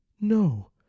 No